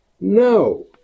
no